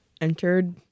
entered